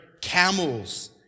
camels